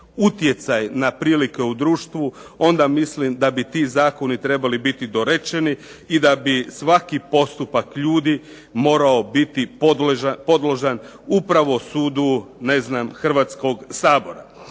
utjecaj na prilike u društvu onda mislim da bi ti zakoni trebali biti dorečeni i da bi svaki postupak ljudi morao biti podložan upravo sudu Hrvatskoga sabora.